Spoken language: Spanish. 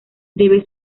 debe